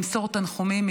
למסור תנחומים.